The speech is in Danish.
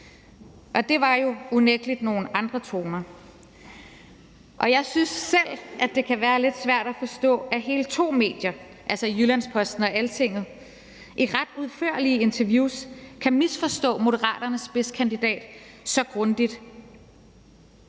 Det var jo unægtelig nogle andre toner. Jeg synes selv, det kan være lidt svært at forstå, at hele to medier, altså Jyllands-Posten og Altinget, i ret udførlige interviews kan misforstå Moderaternes spidskandidat så grundigt.